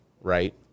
Right